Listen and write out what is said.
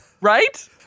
Right